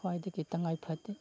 ꯈ꯭ꯋꯥꯏꯗꯒꯤ ꯇꯉꯥꯏ ꯐꯗꯦ